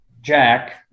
Jack